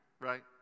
right